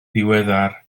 ddiweddar